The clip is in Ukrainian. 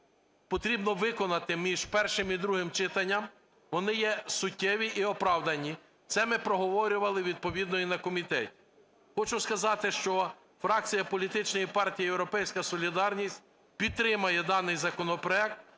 потрібно виконати між першим і другим читанням, вони є суттєві і оправдані, це ми проговорювали відповідно і на комітеті. Хочу сказати, що фракція Політичної партії "Європейська солідарність" підтримає даний законопроект,